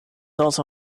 also